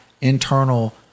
internal